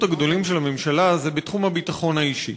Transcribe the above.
הגדולים של הממשלה הוא בתחום הביטחון האישי.